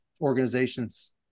organizations